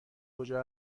کجا